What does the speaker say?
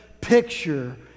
picture